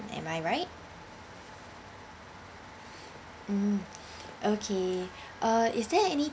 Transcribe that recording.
am I right mm okay uh is there any